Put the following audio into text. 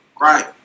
Right